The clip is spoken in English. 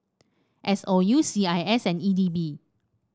S O U C I S and E D B